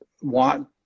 want